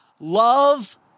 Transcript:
Love